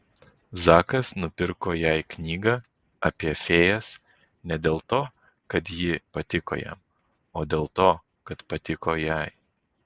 zakas nupirko jai knygą apie fėjas ne dėl to kad ji patiko jam o dėl to kad patiko jai